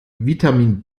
vitamin